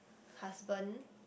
husband